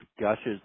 gushes